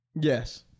Yes